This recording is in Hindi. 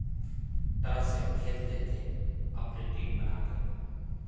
तरह से खेलते थे अपने टीम बना के